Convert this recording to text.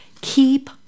Keep